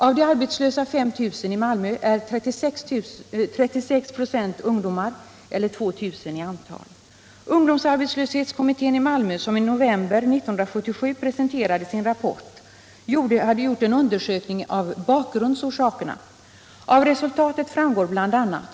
Av de 5 000 arbetslösa i Malmö är 36 96 ungdomar, eller ett antal av 2 000. Ungdomsarbetslöshetskommittén i Malmö, som i november 1977 presenterade sin rapport, hade gjort en undersökning av bakgrundsorsakerna till ungdomsarbetslösheten.